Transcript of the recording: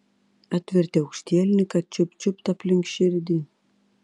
atvertė aukštielninką čiupt čiupt aplink širdį